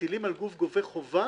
חובה